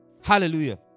Hallelujah